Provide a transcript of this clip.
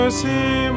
see